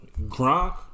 Gronk